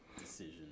decision